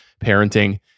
parenting